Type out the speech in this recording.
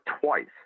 twice